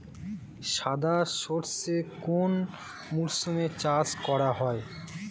সাদা সর্ষে কোন মরশুমে চাষ করা হয়?